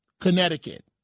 Connecticut